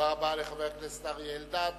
תודה רבה לחבר הכנסת אריה אלדד.